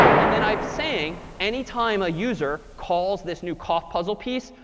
and then i'm saying any time a user calls this new cough puzzle piece,